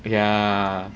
yeah